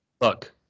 look